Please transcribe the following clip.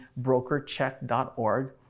brokercheck.org